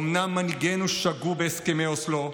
אומנם מנהיגינו שגו בהסכמי אוסלו,